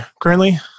currently